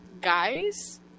guys